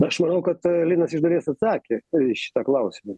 aš manau kad linas iš dalies atsakė į šitą klausimą